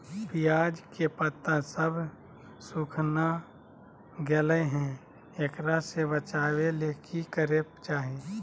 प्याज के पत्ता सब सुखना गेलै हैं, एकरा से बचाबे ले की करेके चाही?